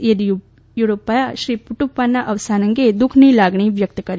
યેદીયુરપ્પાએ શ્રી પુદપ્પાના અવસાન અંગે દુઃખની લાગણી વ્યક્ત કરી છે